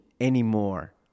anymore